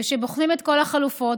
ושבוחנים את כל החלופות,